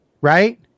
right